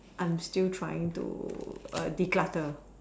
I'm still trying to err declutter